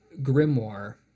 grimoire